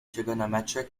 trigonometric